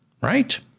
Right